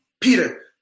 Peter